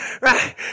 Right